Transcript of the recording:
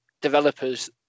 developers